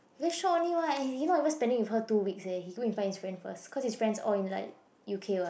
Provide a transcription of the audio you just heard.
very short only [what] he he not even spending with her two weeks leh he go and find his friends first cause he friends all in like U_K what